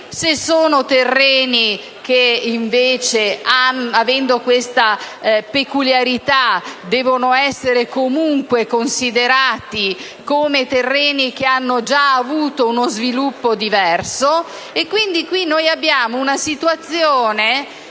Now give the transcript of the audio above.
di terreni che, avendo una peculiarità, devono essere comunque considerati terreni che hanno già avuto uno sviluppo diverso.